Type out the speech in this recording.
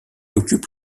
occupe